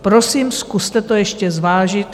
Prosím, zkuste to ještě zvážit.